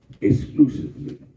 exclusively